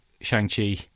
Shang-Chi